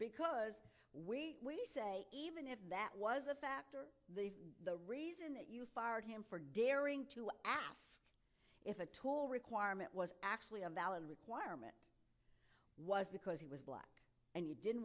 because we say even if that was a factor the the reason that you fired him for daring to ask if a tall requirement was actually a valid requirement was because he was black and you didn't